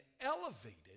elevated